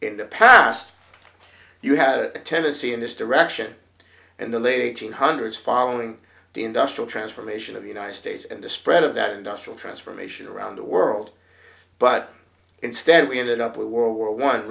in the past you had a tendency in this direction and the late hundreds following the industrial transformation of the united states and the spread of that industrial transformation around the world but instead we ended up with world war one